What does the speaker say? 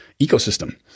ecosystem